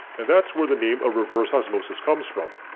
and that's where the name of reverse osmosis comes from.